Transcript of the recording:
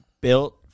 built